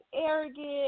arrogant